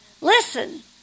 Listen